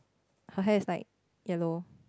her hair is like yellow